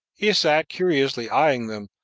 he sat curiously eying them,